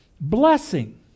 blessing